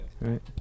right